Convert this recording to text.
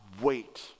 wait